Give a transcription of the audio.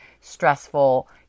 stressful